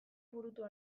burutu